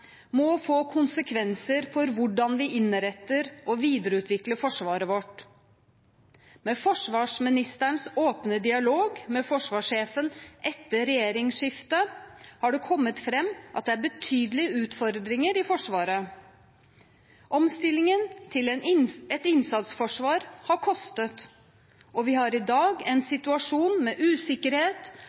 må få konsekvenser for hvordan vi innretter og videreutvikler forsvaret vårt. Med forsvarsministerens åpne dialog med forsvarsjefen etter regjeringsskiftet har det kommet fram at det er betydelige utfordringer i Forsvaret. Omstillingen til et innsatsforsvar har kostet, og vi har i dag en situasjon med usikkerhet